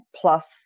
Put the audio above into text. plus